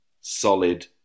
solid